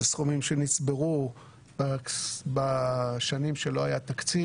אלה סכומים שנצברו בשנים שלא היה תקציב